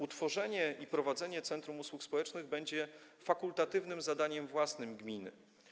Utworzenie i prowadzenie centrum usług społecznych będzie fakultatywnym zadaniem własnym gminy.